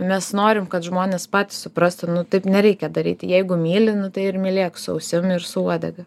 mes norim kad žmonės patys suprastų nu taip nereikia daryti jeigu myli nu tai ir mylėk su ausim ir su uodega